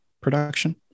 production